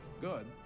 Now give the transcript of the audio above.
good